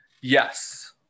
Yes